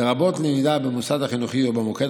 לרבות למידה במוסד החינוכי או במוקד